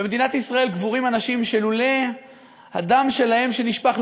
במדינת ישראל קבורים אנשים שלולא הדם שלהם שנשפך,